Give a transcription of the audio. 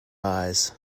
eyes